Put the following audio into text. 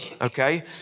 okay